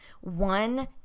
one